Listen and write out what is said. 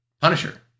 Punisher